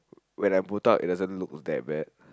when I'm botak it doesn't look that bad